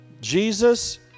Jesus